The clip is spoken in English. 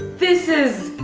this is,